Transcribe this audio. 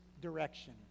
direction